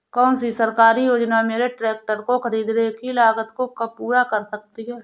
कौन सी सरकारी योजना मेरे ट्रैक्टर को ख़रीदने की लागत को पूरा कर सकती है?